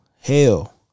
hell